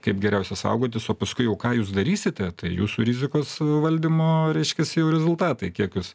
kaip geriausia saugotis o paskui jau ką jūs darysite tai jūsų rizikos valdymo reiškiasi jau rezultatai kiek jūs